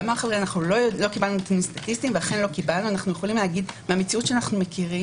ולא קיבלנו חומרים סטטיסטיים מהמציאות שאנו מכירים